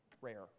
rare